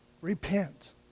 repent